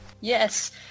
Yes